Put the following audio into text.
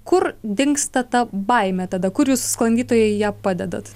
kur dingsta ta baimė tada kur jūs sklandytojai ją padedat